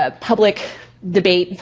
ah public debate,